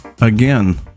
again